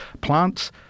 plants